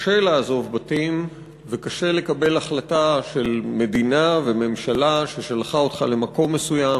קשה לעזוב בתים וקשה לקבל החלטה של מדינה וממשלה ששלחה אותך למקום מסוים